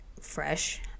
fresh